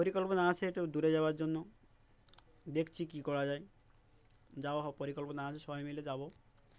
পরিকল্পনা আছে একটু দূরে যাওয়ার জন্য দেখছি কী করা যায় যাওয়া পরিকল্পনা আছে সবাই মিলে যাব